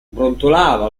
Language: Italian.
brontolava